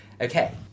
Okay